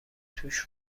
توش